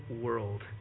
world